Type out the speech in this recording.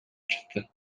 чыкты